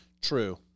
true